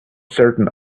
certain